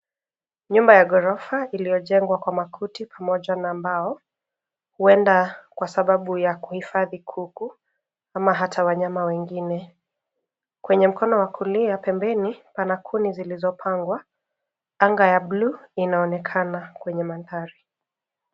Nyumba ya gorofa, iliyojengwa kwa makuti pamoja na mbao huenda kwa sababu ya kuhifadhi kuku ama hata wanyama wengine. Kwenye mkono wa kulia, pembeni pana kuni zilizopangwa. Anga ya buluu inaonekana kwenye mandhari.